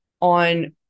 on